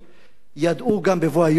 ידעו בבוא היום גם לומר: